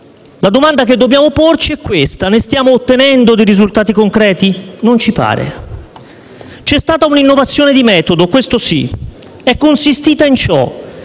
La domanda che dobbiamo porci è questa: stiamo ottenendo dei risultati concreti? Non ci pare. C'è stata un'innovazione di metodo - questo sì - ed è consistita in ciò: